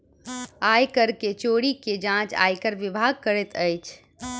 आय कर के चोरी के जांच आयकर विभाग करैत अछि